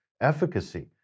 efficacy